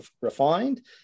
refined